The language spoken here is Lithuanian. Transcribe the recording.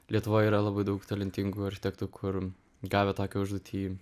lietuvoj yra labai daug talentingų architektų kur gavę tokią užduotį